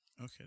Okay